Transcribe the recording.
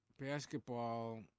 Basketball